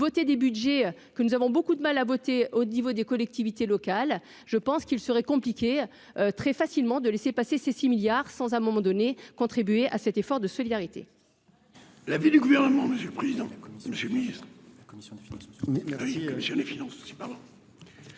voter des Budgets que nous avons beaucoup de mal à voter au niveau des collectivités locales, je pense qu'il serait compliqué, très facilement, de laisser passer ces 6 milliards sans un moment donné, contribuer à cet effort de solidarité.